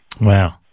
Wow